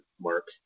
mark